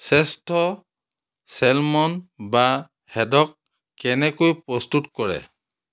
শ্ৰেষ্ঠ চেলমন বা হেড'ক কেনেকৈ প্ৰস্তুত কৰে